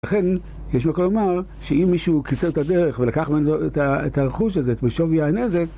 לכן, יש מקור לומר שאם מישהו קיצר את הדרך ולקח את הרכוש הזה, את מישוב יענע הזה